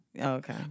Okay